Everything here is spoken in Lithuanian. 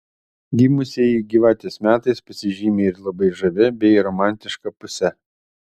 gimusieji gyvatės metais pasižymi ir labai žavia bei romantiška puse